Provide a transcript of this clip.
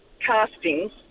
castings